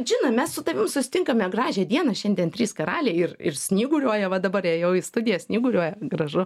džina mes su tavim susitinkame gražią dieną šiandien trys karaliai ir ir snyguriuoja va dabar ėjau į studiją snyguriuoja gražu